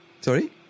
Sorry